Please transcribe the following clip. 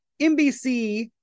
NBC